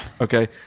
Okay